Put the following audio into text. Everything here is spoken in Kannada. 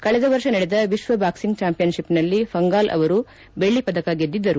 ಕಳೆದ ವರ್ಷ ನಡೆದ ವಿಶ್ವ ಬಾಕ್ಲಿಂಗ್ ಚಾಂಪಿಯನ್ತಿಪ್ನಲ್ಲಿ ಪಂಘಾಲ್ ಅವರು ಬೆಲ್ಲ ಪದಕ ಗೆದ್ದಿದ್ದರು